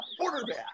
quarterback